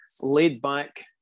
laid-back